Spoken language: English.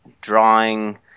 drawing